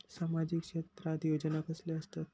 सामाजिक क्षेत्रात योजना कसले असतत?